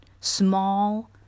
small